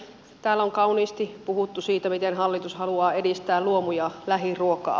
täällä on kauniisti puhuttu siitä miten hallitus haluaa edistää luomu ja lähiruokaa